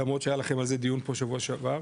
למרות שהיה לכם על זה דיון פה שבוע שעבר,